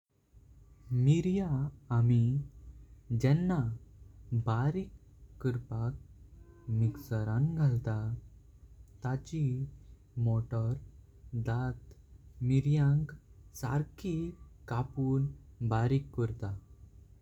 मिर्या आमी जेंना बारीक करपाक मिक्सरान घालत। ताची मोतर दात मिर्यांक सारखी कापून बारीक करताई।